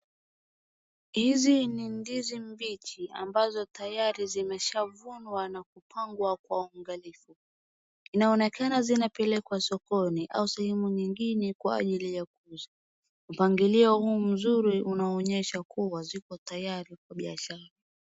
hizi ni ndizi mbichi ambazo tayari zimeshavunwa na kupangwa kwa uunganifu inaonekana zinapelekwa sokoni au sehemu nyingine kwa ajili ya kuuzwa mpangilio huu mzuri unaonyesha kuwa ziko tayari kwa biashara